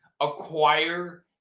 acquire